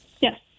Yes